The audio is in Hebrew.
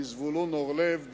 מזבולון אורלב,